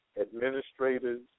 administrators